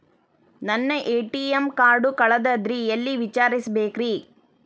ನನ್ನ ATM card ಕಳದದ್ರಿ ಎಲ್ಲಿ ವಿಚಾರಿಸ್ಬೇಕ್ರಿ?